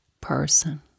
person